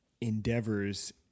endeavors